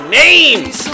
names